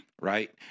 right